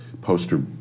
poster